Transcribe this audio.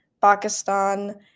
Pakistan